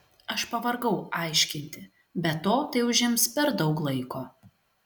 aš pavargau aiškinti be to tai užims per daug laiko